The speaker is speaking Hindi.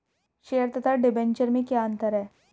शेयर तथा डिबेंचर में क्या अंतर है?